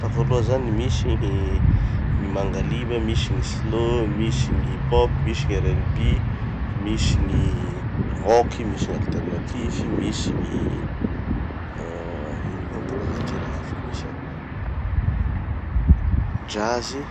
Hitako aloha zany misy gny mangaliba, misy gny slow, misy gny hip-hop, misy gny R&B, misy gny rock, misy gny alternatif, misy gny ah ino koa gny karaza-kira hafa misy an, jazz.